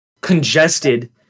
congested